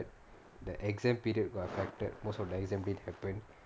the exam period got affected most of the exam been happen